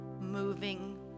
moving